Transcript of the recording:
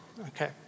okay